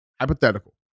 hypothetical